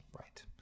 Right